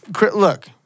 Look